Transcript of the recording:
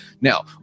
Now